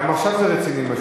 גם עכשיו זה רציני.